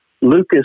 Lucas